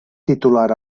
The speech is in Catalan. titular